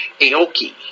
Aoki